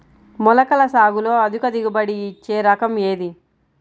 మొలకల సాగులో అధిక దిగుబడి ఇచ్చే రకం ఏది?